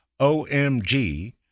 OMG